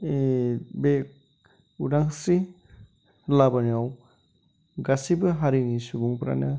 ए बे उदांस्रि लाबोनायाव गासिबो हारिनि सुबुंफ्रानो